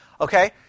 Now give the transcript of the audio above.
Okay